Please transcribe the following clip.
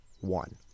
one